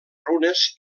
runes